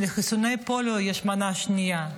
שלחיסוני פוליו יש מנה שנייה.